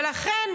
ולכן,